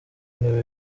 ntebe